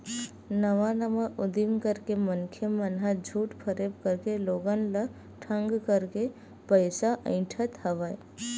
नवा नवा उदीम करके मनखे मन ह झूठ फरेब करके लोगन ल ठंग करके पइसा अइठत हवय